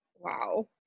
Wow